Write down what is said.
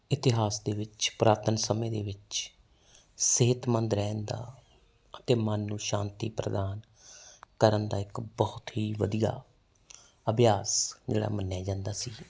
ਇਤਿਹਾਸ ਦੇ ਵਿੱਚ ਪੁਰਾਤਨ ਸਮੇਂ ਦੇ ਵਿੱਚ ਸਿਹਤਮੰਦ ਰਹਿਣ ਦਾ ਅਤੇ ਮਨ ਨੂੰ ਸ਼ਾਂਤੀ ਪ੍ਰਦਾਨ ਕਰਨ ਦਾ ਇੱਕ ਬਹੁਤ ਹੀ ਵਧੀਆ ਅਭਿਆਸ ਜਿਹੜਾ ਮੰਨਿਆ ਜਾਂਦਾ ਸੀ